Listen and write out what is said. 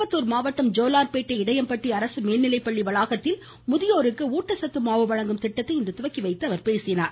திருப்பத்தூர் மாவட்டம் ஜோலார்பேட்டை இடையம்பட்டி அரசு மேல்நிலைப்பள்ளி வளாகத்தில் முதியோருக்கு ஊட்டச்சத்து மாவு வழங்கும் திட்டத்தை துவக்கி வைத்து அவர் பேசினார்